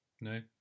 No